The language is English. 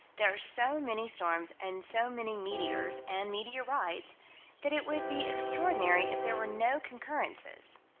there are so many storms and so many meteors and meteorites that it would be extraordinary if there were no concurrences.